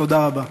תודה רבה.